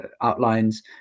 outlines